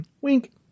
Wink